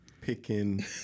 picking